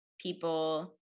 people